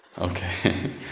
okay